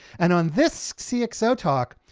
and on this cxotalk,